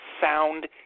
sound